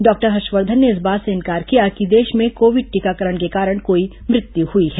doctor Harshvardhan ने इस बात से इंकार किया कि देश में कोविड टीकाकरण के कारण कोई मृत्यु हुई है